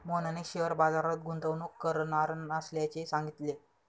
मोहनने शेअर बाजारात गुंतवणूक करणार नसल्याचे सांगितले